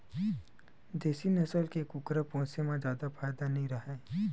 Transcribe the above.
देसी नसल के कुकरा पोसे म जादा फायदा नइ राहय